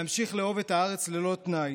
להמשיך לאהוב את הארץ ללא תנאי,